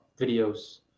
videos